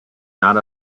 not